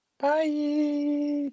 Bye